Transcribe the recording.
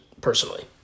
personally